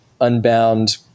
unbound